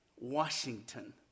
Washington